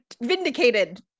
vindicated